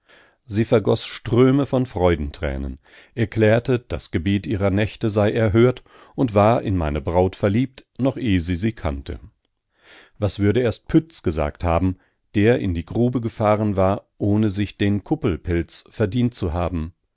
sie vergoß ströme von freudentränen erklärte das gebet ihrer nächte sei erhört und war in meine braut verliebt noch eh sie sie kannte was würde erst pütz gesagt haben der in die grube gefahren war ohne sich den kuppelpelz verdient zu haben